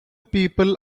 people